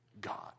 God